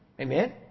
Amen